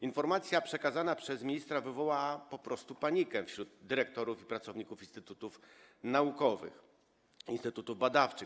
Informacja przekazana przez ministra wywołała po prostu panikę wśród dyrektorów i pracowników instytutów naukowych, instytutów badawczych.